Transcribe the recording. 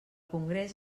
congrés